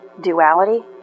duality